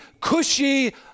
cushy